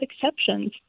exceptions